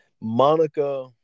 Monica